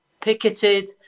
picketed